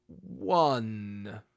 one